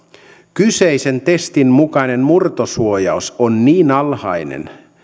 kyseisen testin mukainen murtosuojaus on niin alhainen